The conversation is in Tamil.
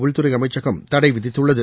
உள்துறை அமைச்சகம் தடை விதித்துள்ளது